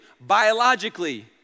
biologically